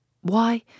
Why